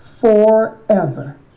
forever